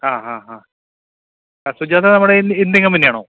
ആ ഹാ ഹ സുജാത നമ്മുടെ ഇന്ത്യൻ കമ്പനിയാണോ